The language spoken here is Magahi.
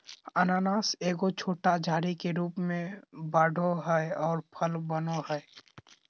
अनानास एगो छोटा झाड़ी के रूप में बढ़ो हइ और फल बनो हइ